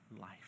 life